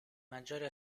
maggiori